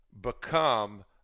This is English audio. become